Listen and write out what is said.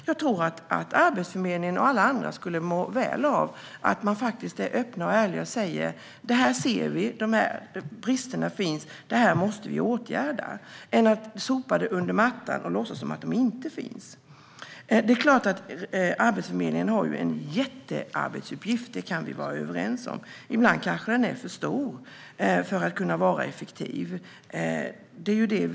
Jag tror nämligen att Arbetsförmedlingen och alla andra skulle må väl av att man faktiskt är öppen och ärlig och säger att man ser att dessa brister finns och att detta måste åtgärdas och att inte sopa detta under mattan och låtsas att dessa brister inte finns. Det är klart att Arbetsförmedlingen har en jättearbetsuppgift. Det kan vi vara överens om. Ibland är den kanske för stor för att Arbetsförmedlingen ska kunna vara effektiv.